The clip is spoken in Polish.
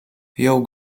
jął